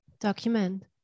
document